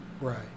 Right